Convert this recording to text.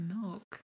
milk